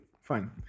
Fine